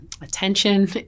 attention